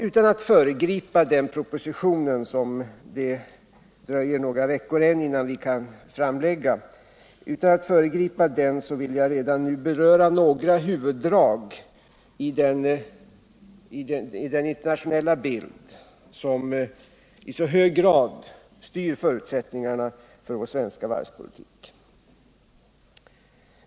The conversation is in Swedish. Utan att föregripa den kommande propositionen som vi alltså inte kan framlägga förrän om ytterligare några veckor vill jag redan nu beröra några av huvuddragen i den internationella bild som i så hög grad styr förutsättningarna för vår svenska varvspolitik.